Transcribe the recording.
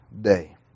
day